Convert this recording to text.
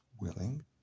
willing